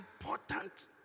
important